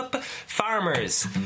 Farmers